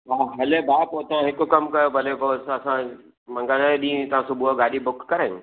हा हले भाउ पोइ त हिकु कमु कयो भले पोइ त असां मंगल जे ॾींहुं हितां सुबुह जो गाॾी बुक करायूं